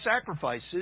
sacrifices